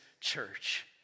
church